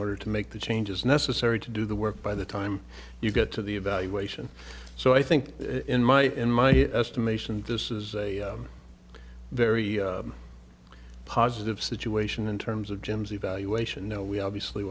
order to make the changes necessary to do the work by the time you get to the evaluation so i think in my in my estimation this is a very positive situation in terms of jim's evaluation no we obviously